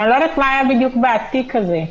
אני לא יודעת מה היה בדיוק בתיק הזה,